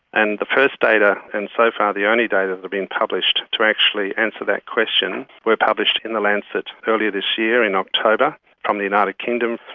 and the first data and so far the only data that has been published to actually answer that question were published in the lancet earlier this year in october from the united kingdom,